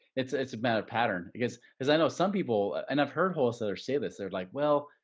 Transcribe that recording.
it's it's a matter of pattern because as i know some people and i've heard wholesalers say this, they're like, well,